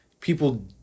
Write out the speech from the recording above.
People